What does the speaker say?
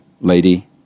lady